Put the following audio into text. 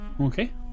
Okay